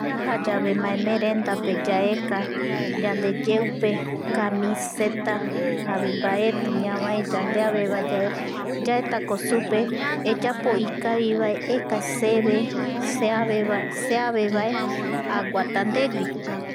Yaja yave maemeerenda pe yaeka yandeyeupe kamiseta javoi mbaeti ñavae yave yandeavevaeyave yaetako supe eyapo ikavivae eka seve seaveva seavevae aguata ndegui